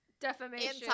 Defamation